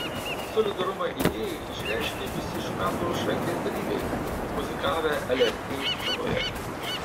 solidarumą idėjai išreiškė visi šių metų šventės dalyviai muzikavę lrt scenoje